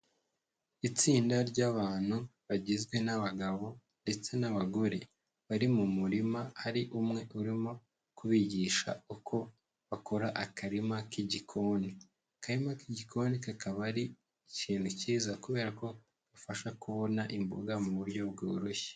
Itsinda ry'abantu bagizwe n'abagabo ndetse n'abagore, bari mu murima hari umwe urimo kubigisha uko bakora akarima k'igikoni, akarima k'igikoni kakaba ari ikintu cyiza kubera ko kabafasha kubona imboga mu buryo bworoshye.